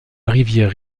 rivière